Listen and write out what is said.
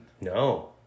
No